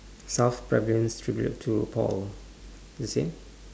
south pavillon tribute to paul the same